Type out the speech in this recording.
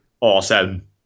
awesome